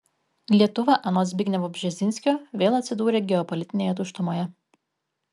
lietuva anot zbignevo bžezinskio vėl atsidūrė geopolitinėje tuštumoje